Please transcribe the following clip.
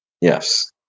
Yes